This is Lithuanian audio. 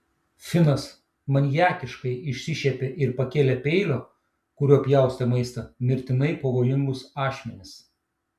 finas maniakiškai išsišiepė ir pakėlė peilio kuriuo pjaustė maistą mirtinai pavojingus ašmenis